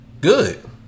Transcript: Good